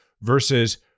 versus